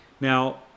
Now